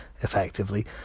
effectively